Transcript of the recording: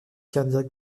cardiaque